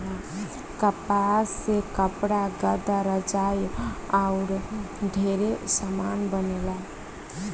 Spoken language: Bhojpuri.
कपास से कपड़ा, गद्दा, रजाई आउर ढेरे समान बनेला